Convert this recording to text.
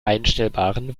einstellbaren